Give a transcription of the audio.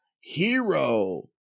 hero